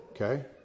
Okay